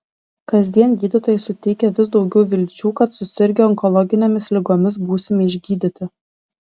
kasdien gydytojai suteikia vis daugiau vilčių kad susirgę onkologinėmis ligomis būsime išgydyti